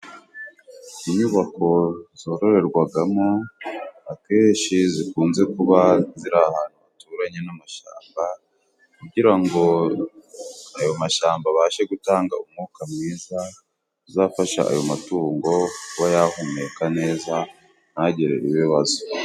Inyubako zororerwagamo akenshi zikunze kuba ziri ahantu haturanye n'amashyamba, kugirango ayo mashyamba abashe gutanga umwuka mwiza, uzafasha ayo matungo kuba yahumeka neza ntagire ibibazo.